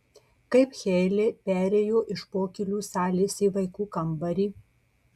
kaip heile perėjo iš pokylių salės į vaikų kambarį